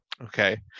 Okay